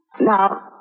Now